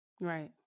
Right